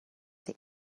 the